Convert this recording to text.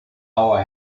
our